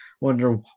wonder